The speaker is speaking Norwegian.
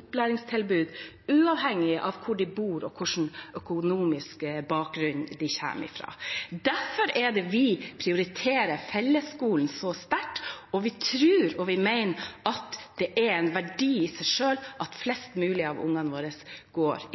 opplæringstilbud uavhengig av hvor de bor, og hvilken økonomisk bakgrunn de kommer fra. Derfor prioriterer vi fellesskolen så sterkt, og vi tror og mener at det er en verdi i seg selv at flest mulig av ungene våre går